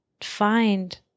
find